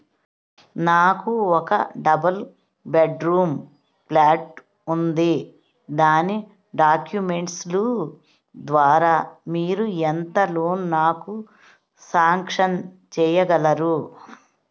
నాకు ఒక double bedroom flat ఉంది దాని డాక్యుమెంట్స్ లు ద్వారా మీరు ఎంత లోన్ నాకు సాంక్షన్ చేయగలరు?